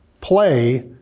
play